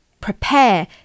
prepare